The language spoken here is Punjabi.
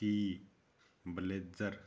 ਕੀ ਬਲੇਜ਼ਰ